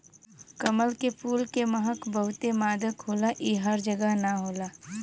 कमल के फूल के महक बहुते मादक होला इ हर जगह ना होला